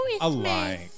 alike